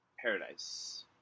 Paradise